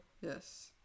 Yes